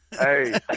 Hey